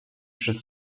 przy